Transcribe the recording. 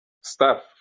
Staff